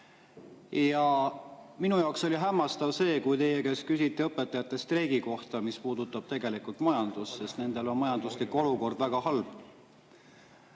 Minu jaoks oli hämmastav see, et kui teie käest küsiti õpetajate streigi kohta – see puudutab tegelikult majandust, sest nendel on majanduslik olukord väga halb